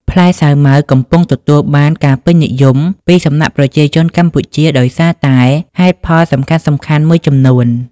ផ្លែសាវម៉ាវកំពុងទទួលបានការពេញនិយមពីសំណាក់ប្រជាជនកម្ពុជាដោយសារតែហេតុផលសំខាន់ៗមួយចំនួន